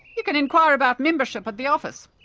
you can inquire about membership at the office.